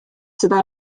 seda